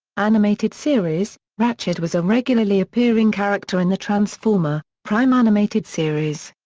animated series ratchet was a regularly appearing character in the transformer prime animated series.